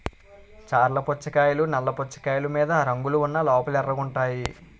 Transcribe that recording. చర్ల పుచ్చకాయలు నల్ల పుచ్చకాయలు మీద రంగులు ఉన్న లోపల ఎర్రగుంటాయి